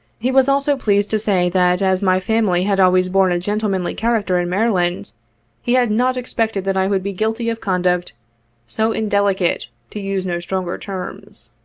he was also pleased to say that as my family had always borne a gentlemanly character in maryland he had not expected that i would be guilty of conduct so indelicate, to use no stronger terms.